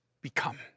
become